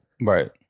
Right